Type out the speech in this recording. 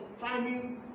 finding